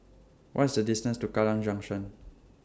What IS The distance to Kallang Junction